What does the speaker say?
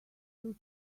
two